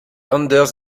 anders